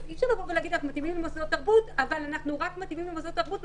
אז אי אפשר להגיד אנחנו מתאימים למוסדות תרבות,